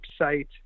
website